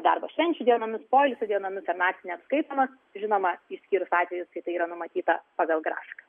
darbas švenčių dienomis poilsio dienomis ar naktį neapskaitomas žinoma išskyrus atvejus kai tai yra numatyta pagal grafiką